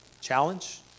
challenge